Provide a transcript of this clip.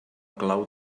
clau